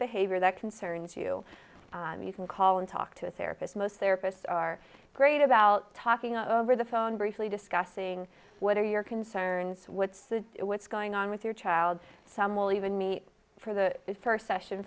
behavior that concerns you you can call and talk to a therapist most therapists are great about talking over the phone briefly discussing what are your concerns what's the what's going on with your child some will even meet for the first session